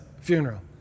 funeral